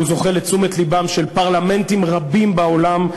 הוא זוכה לתשומת לבם של פרלמנטים רבים בעולם,